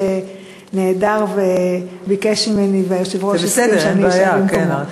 שנעדר וביקש ממני והיושב-ראש הסכים שאני אשאל במקומו.